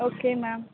okay ma'am